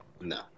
no